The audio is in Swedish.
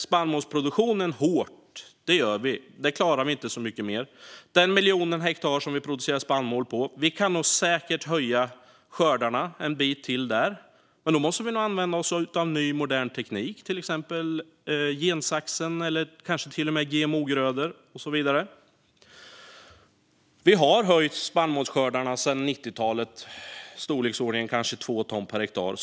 Spannmålsproduktionen har nyttjats hårt. Där klarar man inte mycket mer. På den miljon hektar som det produceras spannmål kan skördarna säkert ökas lite till, men då måste modern teknik användas - till exempel gensaxen, GMO-grödor och så vidare. Spannmålsskördarna har ökat sedan 90-talet med i storleksordningen 2 ton per hektar.